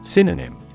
Synonym